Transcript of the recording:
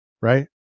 right